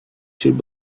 should